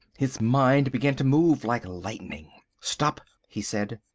his mind began to move like lightning. stop! he said,